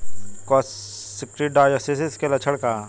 Coccidiosis के लक्षण का ह?